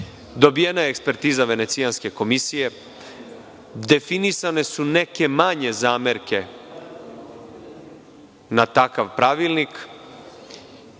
dobijena je ekspertiza Venecijanske komisije, definisane su neke manje zamerke na takav pravilnik. Čuo